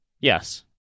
Yes